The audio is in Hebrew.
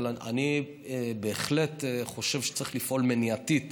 אבל אני בהחלט חושב שצריך לפעול מניעתית